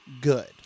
good